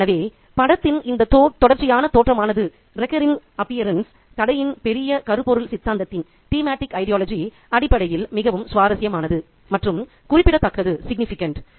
எனவே படகின் இந்த தொடர்ச்சியான தோற்றமானது கதையின் பெரிய கருப்பொருள் சித்தாந்தத்தின் அடிப்படையில் மிகவும் சுவாரஸ்யமானது மற்றும் குறிப்பிடத்தக்கதாகும்